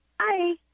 Hi